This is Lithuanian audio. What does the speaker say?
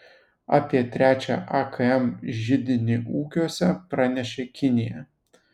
apie trečią akm židinį ūkiuose pranešė kinija